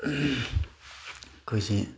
ꯑꯩꯈꯣꯏꯁꯤ